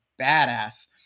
badass